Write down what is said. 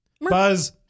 Buzz